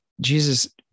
Jesus